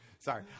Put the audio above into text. Sorry